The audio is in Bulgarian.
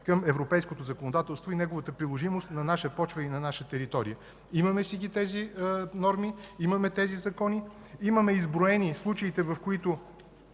към европейското законодателство и неговата приложимост на наша почва и на наша територия. Имаме тези норми, имаме тези закони, имаме изброени случаите, в които